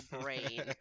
brain